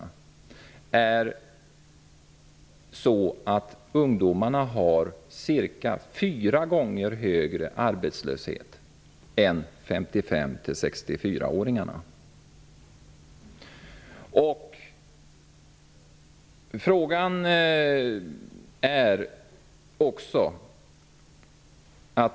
Då finner man att arbetslösheten bland ungdomarna är cirka fyra gånger högre än bland 55--64-åringarna.